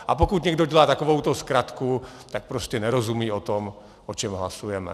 A pokud někdo dělá takovouto zkratku, tak prostě nerozumí tomu, o čem hlasujeme.